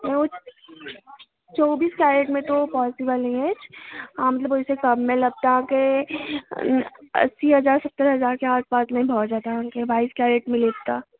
ओ चौबीस कैरेटमे तऽ ओ पोसिबल नहि अछि अहाँ मतलब ओहिसँ कममे लेब तऽ अहाँके अस्सी हजार सत्तरि हजारके आस पासमे भऽ जायत अहाँके बाइस कैरेटमे लेब तऽ